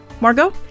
Margot